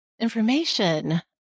information